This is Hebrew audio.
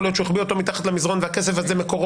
הגידור מאוד